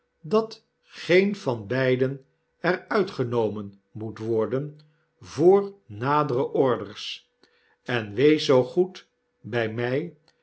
dat geen van beiden er uit genomen moet worden voor nadere orders en wees zoo goed by mjj